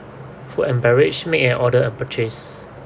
food and beverage make an order and purchase